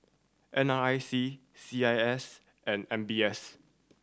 N R I C C I S and M B S